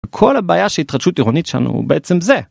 כל הבעיה שהתחדשות עירונית שלנו בעצם זה.